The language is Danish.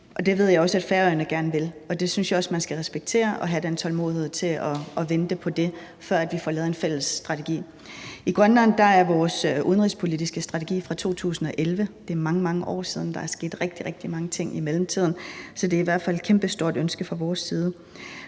ved jeg også Færøerne gerne vil. Og jeg synes også, at man skal respektere det og have tålmodighed til at vente på, at de får lavet en fælles strategi. I Grønland er vores udenrigspolitiske strategi fra 2011; det er mange, mange år siden, og der er sket rigtig, rigtig mange ting i mellemtiden. Så det er i hvert fald et kæmpestort ønske fra vores side